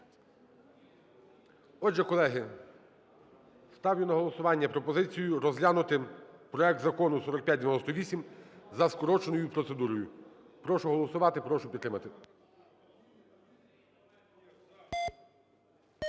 Отже, колеги, ставлю на голосування пропозицію розглянути проект закону 4598 за скороченою процедурою. Прошу голосувати. Прошу підтримати.